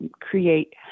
create